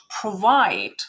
provide